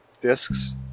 discs